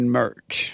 merch